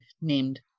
named